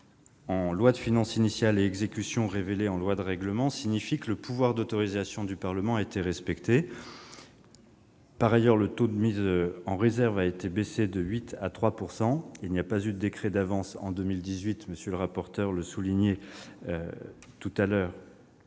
en loi de finances initiale et exécution révélée en loi de règlement signifie que le pouvoir d'autorisation du Parlement a été respecté. Le taux de mise en réserve a été baissé de 8 % à 3 %, et il n'y a pas eu de décret d'avance en 2018, comme l'a souligné M. le